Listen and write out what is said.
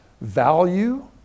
value